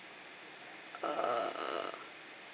uh